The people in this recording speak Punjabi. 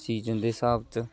ਸੀਜ਼ਨ ਦੇ ਹਿਸਾਬ 'ਚ